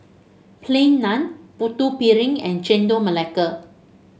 Plain Naan Putu Piring and Chendol Melaka